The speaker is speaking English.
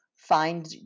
Find